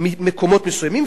ממקומות מסוימים,